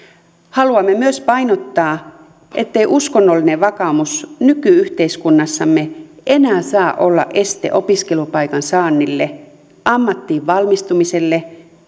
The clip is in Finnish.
haluamme myös painottaa ettei uskonnollinen vakaumus nyky yhteiskunnassamme enää saa olla este opiskelupaikan saannille ammattiin valmistumiselle